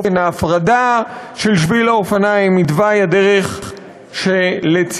ההפרדה של שביל האופניים מתוואי הדרך שלצדו.